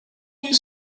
you